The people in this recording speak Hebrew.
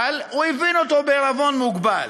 אבל הוא הבין אותו בעירבון מוגבל.